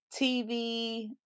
TV